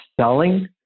selling